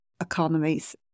economies